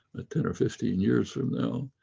a ten or fifteen years from now.